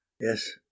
Yes